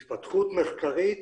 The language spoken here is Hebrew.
גם עדכון,